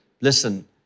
Listen